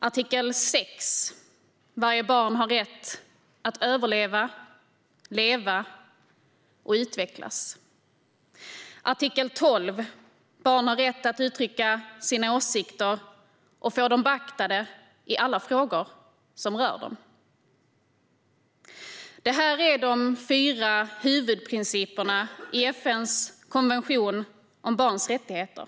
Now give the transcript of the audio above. Artikel 6: Varje barn har rätt att överleva, leva och utvecklas. Artikel 12: Barn har rätt att uttrycka sina åsikter och få dem beaktade i alla frågor som rör dem. Dessa artiklar är de fyra huvudprinciperna i FN:s konvention om barns rättigheter.